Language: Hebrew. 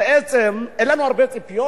בעצם אין לנו הרבה ציפיות,